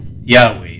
Yahweh